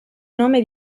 nome